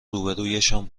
روبهرویشان